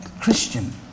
Christian